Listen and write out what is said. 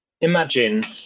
imagine